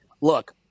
look